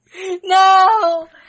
No